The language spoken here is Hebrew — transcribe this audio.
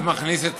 זה רק מכניס את